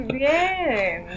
bien